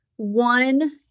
one